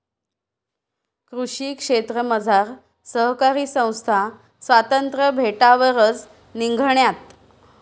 कृषी क्षेत्रमझार सहकारी संस्था स्वातंत्र्य भेटावरच निंघण्यात